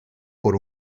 por